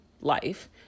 life